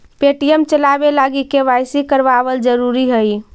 Paytm चलाबे लागी KYC करबाबल जरूरी हई